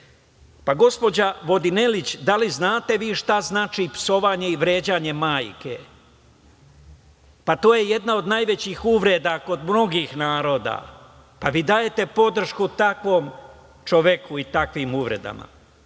Vodinelić, da li znate vi šta znači psovanje i vređanje majke? Pa to je jedna od najvećih uvreda kod mnogih naroda, pa vi dajete podršku takvom čoveku i takvim uvredama. Poštovani